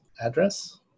address